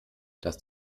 dass